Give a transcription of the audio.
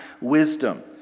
wisdom